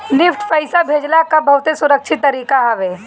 NEFT पईसा भेजला कअ बहुते सुरक्षित तरीका हवे